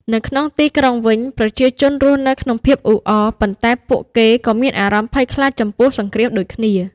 នៅក្នុងទីក្រុងវិញ ប្រជាជនរស់នៅក្នុងភាពអ៊ូអរ ប៉ុន្តែពួកគេក៏មានអារម្មណ៍ភ័យខ្លាចចំពោះសង្គ្រាមដូចគ្នា។